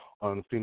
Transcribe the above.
on